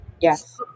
Yes